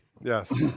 Yes